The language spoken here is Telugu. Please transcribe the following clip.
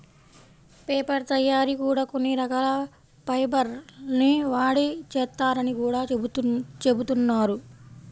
పేపర్ తయ్యారీ కూడా కొన్ని రకాల ఫైబర్ ల్ని వాడి చేత్తారని గూడా జెబుతున్నారు